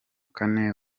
kane